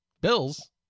bills